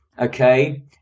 Okay